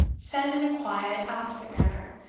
said, in a quiet, absent manner,